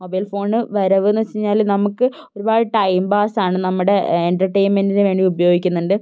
mobile phone വരവെന്നു വച്ചു കഴിഞ്ഞാൽ നമുക്ക് ഒരുപാട് ടൈംപാസ്സാണ് നമ്മുടെ എന്റർടൈൻമെൻ്റിനുവേണ്ടി ഉപയോഗിക്കുന്നുണ്ട്